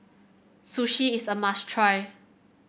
sushi is a must try